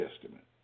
Testament